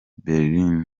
berlin